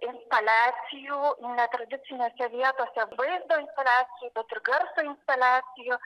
instaliacijų netradicinėse vietose vaizdo instaliacijų net ir garso instaliacijų